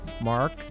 Mark